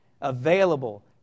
available